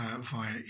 via